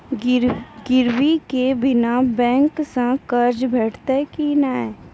गिरवी के बिना बैंक सऽ कर्ज भेटतै की नै?